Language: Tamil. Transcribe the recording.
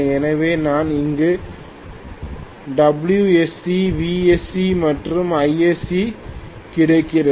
எனவே நான் இங்கு Wsc Vsc மற்றும் Isc கிடைக்கிறது